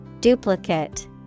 Duplicate